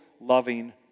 loving